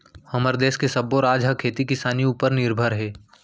हमर देस के सब्बो राज ह खेती किसानी उपर निरभर हे